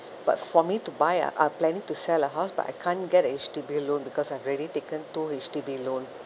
but for me to buy uh I'm planning to sell a house but I can't get an H_D_B loan because I've already taken two H_D_B loan